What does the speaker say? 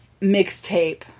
mixtape